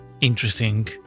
interesting